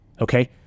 okay